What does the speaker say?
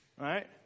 right